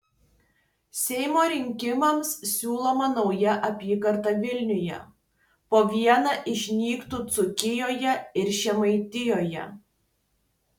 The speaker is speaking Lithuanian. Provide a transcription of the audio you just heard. seimo rinkimams siūloma nauja apygarda vilniuje po vieną išnyktų dzūkijoje ir žemaitijoje